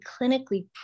clinically